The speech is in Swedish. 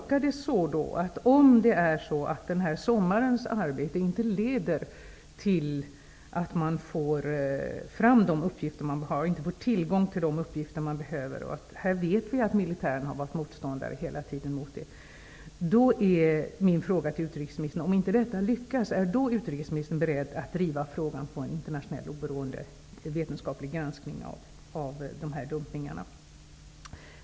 Om sommarens arbete inte leder till att vi får tillgång till de uppgifter som vi behöver -- här vet vi att militärerna hela tiden har varit motståndare -- är utrikesministern då beredd att driva frågan om en internationellt oberoende vetenskaplig granskning av dumpningarna?